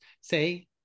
say